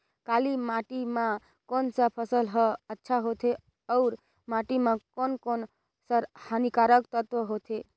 काली माटी मां कोन सा फसल ह अच्छा होथे अउर माटी म कोन कोन स हानिकारक तत्व होथे?